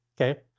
okay